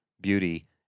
beauty